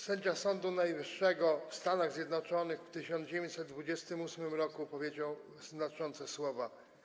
Sędzia Sądu Najwyższego Stanów Zjednoczonych w 1928 r. powiedział znaczące słowa: